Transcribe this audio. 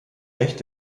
recht